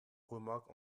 remarque